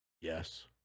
Yes